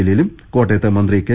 ജലീലും കോട്ടയത്ത് മന്ത്രി കെ